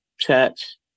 church